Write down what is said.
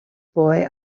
boy